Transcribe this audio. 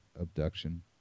abduction